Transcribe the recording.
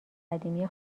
قدیمی